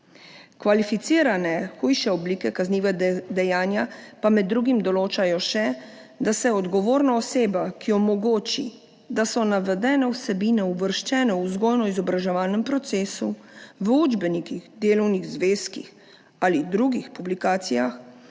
Kvalificirane hujše oblike kaznivega dejanja pa med drugim določajo še, da se odgovorna oseba, ki omogoči, da so navedene vsebine uvrščene v vzgojno-izobraževalni proces v učbenikih, delovnih zvezkih ali drugih publikacijah,